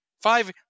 Five